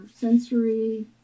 sensory